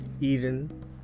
Eden